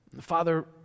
Father